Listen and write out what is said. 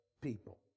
people